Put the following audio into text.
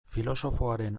filosofoaren